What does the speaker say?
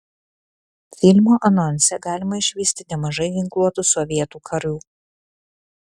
filmo anonse galima išvysti nemažai ginkluotų sovietų karių